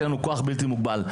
יהיה כוח בלתי מוגבל.